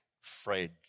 Fred